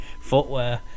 footwear